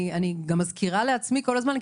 אני גם מזכירה לעצמי כל הזמן,